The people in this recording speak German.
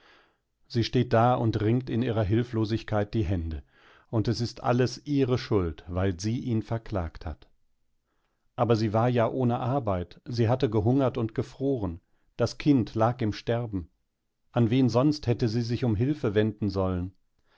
sie steht da und ringt in ihrer hilflosigkeit die hände und es ist alles ihre schuld weil sie ihn verklagt hat aber sie war ja ohne arbeit sie hatte gehungert und gefroren das kind lag im sterben an wen sonst hätte sie sich um hilfe wenden sollen